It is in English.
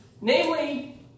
Namely